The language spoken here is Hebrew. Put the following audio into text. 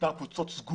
יש קבוצות סגורות,